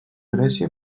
grècia